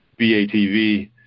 BATV